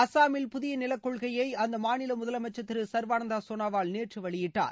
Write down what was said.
அசாமில் புதிய நிலக்கொள்கையை அந்த மாநில முதலமைச்சர் திரு சர்வானந்த சோனாவால் நேற்று வெளியிட்டார்